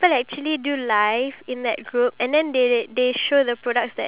ya you know like for example gaming youtube youtubers